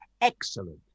excellent